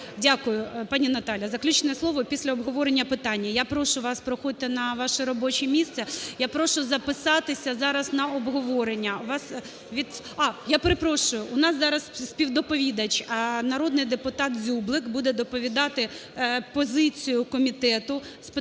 Дякую. Пані Наталя, заключне слово після обговорення питання. Я прошу вас проходьте на ваше робоче місце. Я прошу записатися зараз на обговорення…. А я перепрошую, у нас зараз співдоповідач – народний депутат Дзюблик. Буде доповідати позицію Комітету з питань